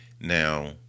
Now